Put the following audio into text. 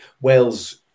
Wales